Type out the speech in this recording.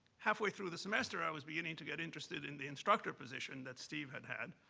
halfway through the semester, i was beginning to get interested in the instructor position that steve had had.